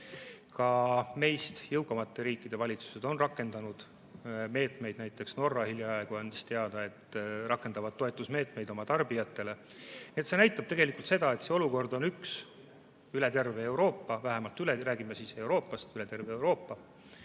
Ka meist jõukamate riikide valitsused on rakendanud meetmeid. Näiteks andis Norra hiljaaegu teada, et nad rakendavad toetusmeetmeid oma tarbijatele. See näitab tegelikult seda, et see olukord on üks üle terve Euroopa, kui me räägime ainult Euroopast, siis üle terve Euroopa.